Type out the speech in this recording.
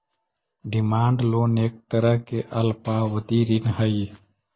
demand loan एक तरह के अल्पावधि ऋण हइ